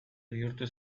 bihurtu